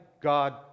God